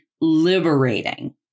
liberating